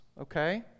okay